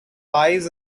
eyes